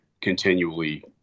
continually